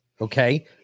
Okay